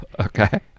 Okay